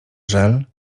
żel